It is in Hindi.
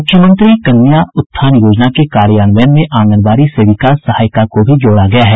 मुख्यमंत्री कन्या उत्थान योजना के कार्यान्वयन में आंगनबाड़ी सेविका सहायिका को भी जोड़ा गया है